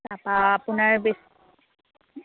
তাপা আপোনাৰ বিচ্